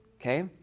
okay